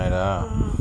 friday night ah